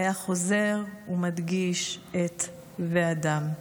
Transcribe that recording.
והיה חוזר ומדגיש את "ואדם".